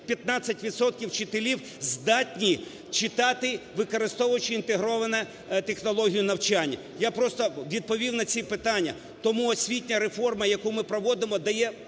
вчителів, здатні читати, використовуючи інтегровану технологію навчання. Я просто відповів на ці питання. Тому освітня реформа, яку ми проводимо, дає